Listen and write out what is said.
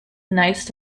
nice